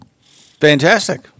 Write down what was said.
Fantastic